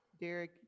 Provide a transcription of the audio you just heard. Derek